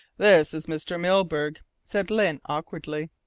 this is mr. milburgh, said lyne awkwardly.